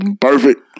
Perfect